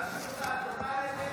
בשמות חברי הכנסת)